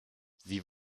sie